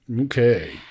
Okay